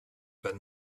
but